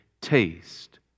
taste